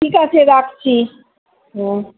ঠিক আছে রাখছি হুম